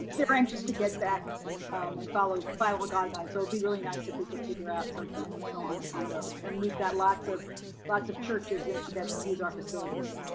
they're anxious to get back and follow final guideline. so it'd be really nice if we could figure out something so on on those and we've got lots of lots of churches that use our facilities.